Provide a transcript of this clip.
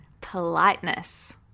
politeness